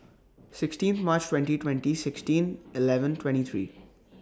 sixteen March twenty twenty sixteen eleven twenty three